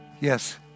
Yes